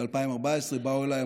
ב-2014 באו אליי,